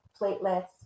platelets